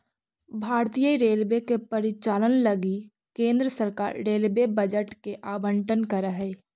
भारतीय रेलवे के परिचालन लगी केंद्र सरकार रेलवे बजट के आवंटन करऽ हई